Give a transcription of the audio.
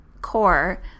core